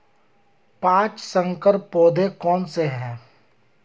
पाँच संकर पौधे कौन से हैं?